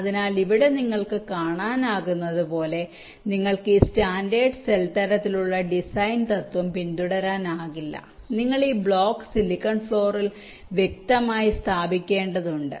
അതിനാൽ ഇവിടെ നിങ്ങൾക്ക് കാണാനാകുന്നതുപോലെ നിങ്ങൾക്ക് ഈ സ്റ്റാൻഡേർഡ് സെൽ തരത്തിലുള്ള ഡിസൈൻ തത്വം പിന്തുടരാനാകില്ല നിങ്ങൾ ഈ ബ്ലോക്ക് സിലിക്കൺ ഫ്ലോറിൽ വ്യക്തിഗതമായി സ്ഥാപിക്കേണ്ടതുണ്ട്